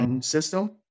system